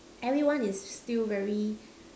everyone is still very